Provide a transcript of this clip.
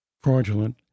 fraudulent